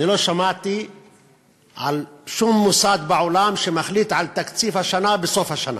אני לא שמעתי על שום מוסד בעולם שמחליט על תקציב השנה בסוף השנה.